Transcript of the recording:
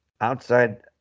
outside